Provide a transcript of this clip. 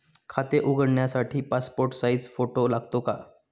खाते उघडण्यासाठी passport size photo लागतो का?